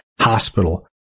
hospital